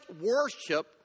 worship